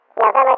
November